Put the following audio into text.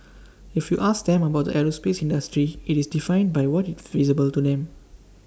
if you ask them about the aerospace industry IT is defined by what is visible to them